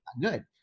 good